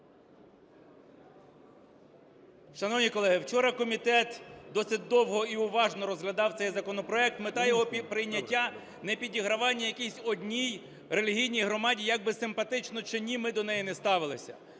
Шановні колеги, вчора комітет досить довго і уважно розглядав цей законопроект. Мета його прийняття не підігравання якійсь одній релігійній громаді, як би симпатично чи ні ми до неї не ставилися,